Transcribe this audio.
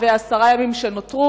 עכשיו אתה נזכר.